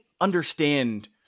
understand